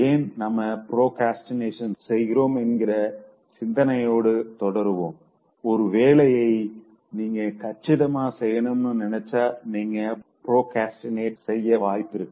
ஏன் நாம ப்ரோக்ரஸ்டினேட் செய்கிறோம் என்கிற சிந்தனையோடு தொடருவோம் ஒரு வேலைய நீங்க கச்சிதமா செய்யணும்னு நினைச்சா நீங்க ப்ரோக்ரஸ்டினேட் செய்ய வாய்ப்பிருக்கு